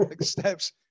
steps